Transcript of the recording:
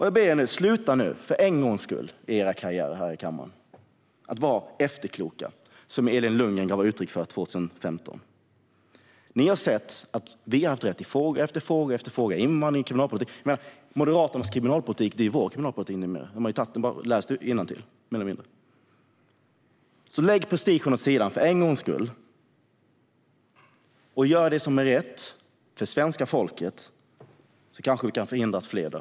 Jag ber er att för en gångs skull sluta vara efterkloka och inte resonera som Elin Lundgren gjorde 2015. Ni har sett att vi har haft rätt i fråga efter fråga när det gäller invandringspolitik och kriminalpolitik. Moderaternas kriminalpolitik är ju vår kriminalpolitik. De har tagit den rakt av och läst innantill. Om ni för en gångs skull lägger prestigen åt sidan och gör det som är rätt för svenska folket kan vi kanske förhindra att fler dör.